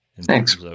Thanks